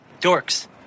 Dorks